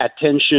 attention